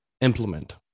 implement